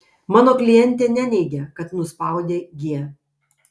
mano klientė neneigia kad nuspaudė g